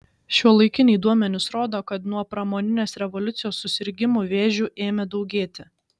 šiuolaikiniai duomenys rodo kad nuo pramoninės revoliucijos susirgimų vėžiu ėmė daugėti